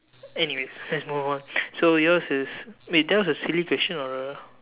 anyways let's move on so yours is wait that the silly question or a